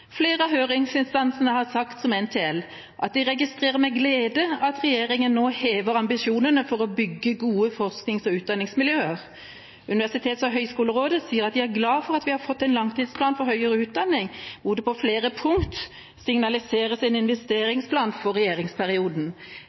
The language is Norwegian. Flere av høringsinstansene har sagt, som NTL, at de registrerer med glede at regjeringa nå hever ambisjonene for å bygge gode forsknings- og utdanningsmiljøer. Universitets- og høgskolerådet sier de er glad for at vi har fått en langtidsplan for høyere utdanning, hvor det på flere punkt signaliseres en investeringsplan for regjeringsperioden.